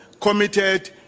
committed